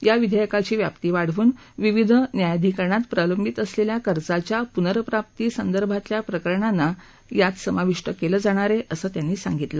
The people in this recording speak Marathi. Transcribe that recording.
या विधेयकाची व्याप्ती वाढवून विविध न्यायाधिकरणात प्रलंबित असलेल्या कर्जाच्या पुनर्प्राप्ती संदर्भातल्या प्रकरणांना देखील यामध्ये समाविष्ट केलं जाणार आहे असंही त्यांनी सांगितलं